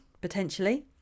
potentially